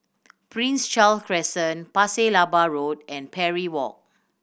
Prince Charles Crescent Pasir Laba Road and Parry Walk